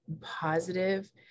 positive